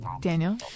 Daniel